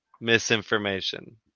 misinformation